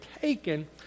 taken